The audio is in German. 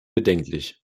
bedenklich